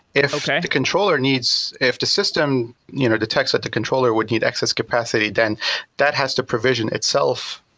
if the controller needs, if the system you know detects that the controller would need access capacity then that has the provision itself,